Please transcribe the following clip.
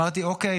אמרתי: אוקיי,